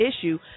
issue